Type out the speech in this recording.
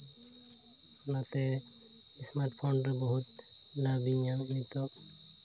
ᱚᱱᱟᱛᱮ smart phone ᱨᱮ ᱵᱚᱦᱩᱛ ᱞᱟᱵᱽ ᱤᱧ ᱧᱟᱢᱮᱜᱼᱟ ᱱᱤᱛᱚᱜ